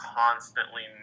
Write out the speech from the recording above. constantly